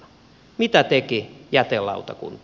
mitä teki jätelautakunta